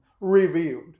revealed